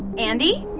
andi?